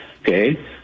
Okay